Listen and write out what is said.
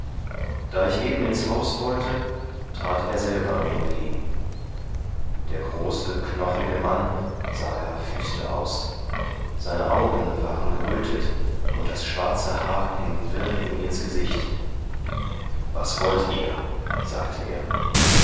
da ich eben ins haus wollte trat er selber mir entgegen der große knochige mann sah gar wüste aus seine augen waren geröthet und das schwarze haar hing wirr ihm ins gesicht was wollt ihr sagte er